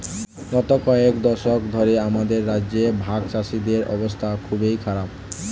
গত কয়েক দশক ধরে আমাদের রাজ্যে ভাগচাষীদের অবস্থা খুবই খারাপ